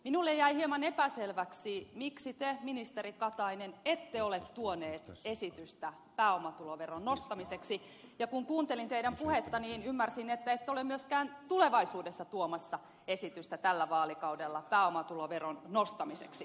minulle jäi hieman epäselväksi miksi te ministeri katainen ette ole tuonut esitystä pääomatuloveron nostamiseksi ja kun kuuntelin teidän puhettanne niin ymmärsin että ette ole myöskään tulevaisuudessa tuomassa esitystä tällä vaalikaudella pääomatuloveron nostamiseksi